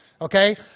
Okay